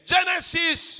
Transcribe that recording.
Genesis